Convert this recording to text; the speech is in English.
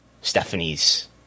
Stephanie's